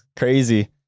crazy